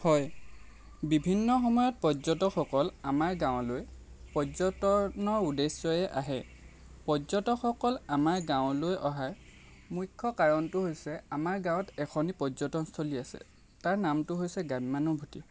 হয় বিভিন্ন সময়ত পৰ্যটক সকল আমাৰ গাঁৱলৈ পৰ্যটনৰ উদ্দেশ্যেৰে আহে পৰ্যটক সকল আমাৰ গাঁৱলৈ অহাৰ মুখ্য কাৰণটো হৈছে আমাৰ গাঁৱত এখনি পৰ্যটনস্থলী আছে তাৰ নামটো হৈছে গ্ৰাম্যানুভুতি